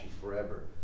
forever